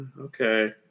okay